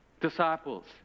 disciples